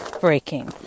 breaking